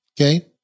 Okay